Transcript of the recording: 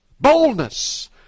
Boldness